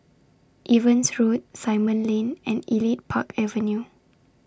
Evans Road Simon Lane and Elite Park Avenue